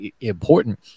important